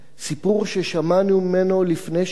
סיפור ששמענו ממנו לפני שנה